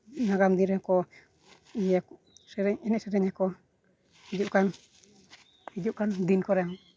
ᱱᱟᱜᱟᱢ ᱫᱤᱱ ᱨᱮᱦᱚᱸ ᱠᱚ ᱤᱭᱟᱹ ᱥᱮᱨᱮᱧ ᱮᱱᱮᱡ ᱥᱮᱨᱮᱧᱟᱠᱚ ᱦᱤᱡᱩᱜ ᱠᱟᱱ ᱦᱤᱡᱩᱜ ᱠᱟᱱ ᱫᱤᱱ ᱠᱚᱨᱮ ᱦᱚᱸ